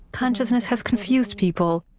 consciousness has confused people.